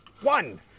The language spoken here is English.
One